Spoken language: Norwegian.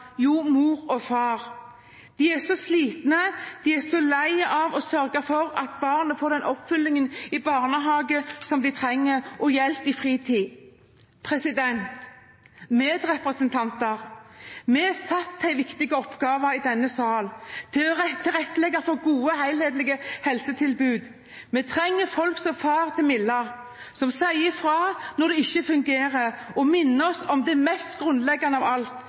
Jo, mor og far. De er så slitne, lei og har nok med å sørge for at barnet får den oppfølging i barnehage, skole, fritid, helsevesen og venneflokken som de har krav på.» Medrepresentanter: Vi er satt til en viktig oppgave i denne sal – å tilrettelegge for gode, helhetlige helsetilbud. Vi trenger folk som faren til Milla, som sier fra når det ikke fungerer, og minner oss om det mest grunnleggende av alt,